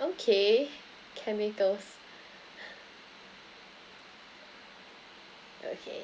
okay chemicals okay